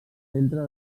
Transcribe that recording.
centre